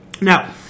Now